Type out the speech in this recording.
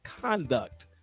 conduct